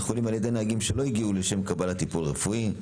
החולים על ידי נהגים שלא הגיעו לשם קבלת טיפול רפואי.